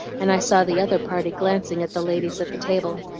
and i saw the other party glancing at the ladies at the table.